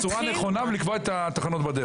ובצורה נכונה ולקבוע את התחנות בדרך.